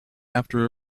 after